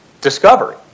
discovery